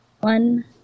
One